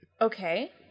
Okay